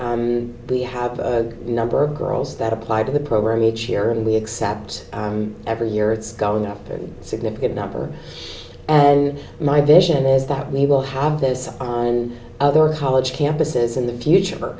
we we have a number of girls that apply to the program each year and except every year it's going up a significant number and my vision is that we will have this and other college campuses in the future